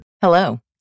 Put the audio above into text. Hello